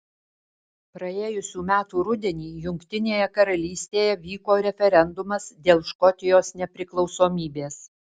praėjusių metų rudenį jungtinėje karalystėje vyko referendumas dėl škotijos nepriklausomybės